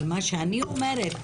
אבל מה שאני אומרת,